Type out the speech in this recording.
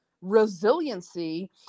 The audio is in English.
resiliency